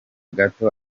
gato